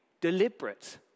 deliberate